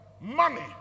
money